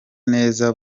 neza